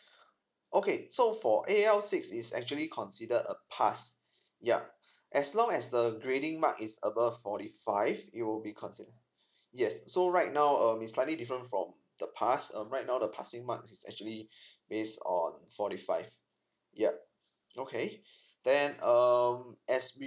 okay so for A_L six is actually consider a pass yup as long as the grading mark is above forty five it will be consi~ yes so right now um is slightly different from the past um right now the passing mark is actually based on forty five yup okay then um as we